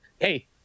Hey